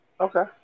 Okay